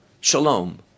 Shalom